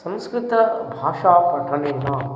संस्कृतभाषापठनेन